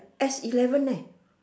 S-eleven eh